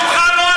מקומך לא על